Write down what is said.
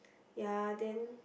ya then